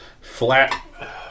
flat